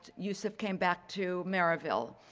yosef came back to maryville.